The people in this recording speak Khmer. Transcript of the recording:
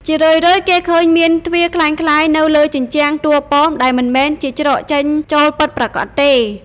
ជារឿយៗ គេឃើញមាន ទ្វារក្លែងក្លាយ នៅលើជញ្ជាំងតួប៉មដែលមិនមែនជាច្រកចេញចូលពិតប្រាកដទេ។